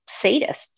sadists